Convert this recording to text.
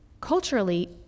Culturally